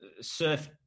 surf